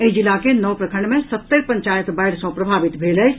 एहि जिला के नओ प्रखंड मे सत्तरि पंचायत बाढ़ि सॅ प्रभावित भेल अछि